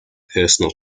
personal